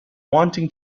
wanting